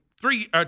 three